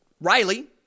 Riley